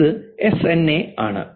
ഇത് SN A ആണ്